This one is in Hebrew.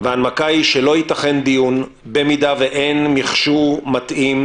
ההנמקה היא שלא ייתכן דיון במידה שאין מכשור מתאים,